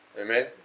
Amen